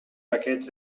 paquets